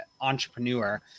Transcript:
entrepreneur